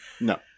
No